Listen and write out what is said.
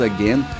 Again